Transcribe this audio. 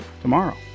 tomorrow